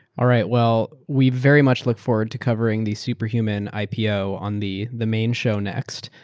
all right, well we very much look forward to covering these superhuman ipo on the the main show next.